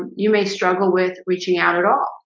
you may struggle with reaching out at all.